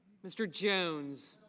mr. jones.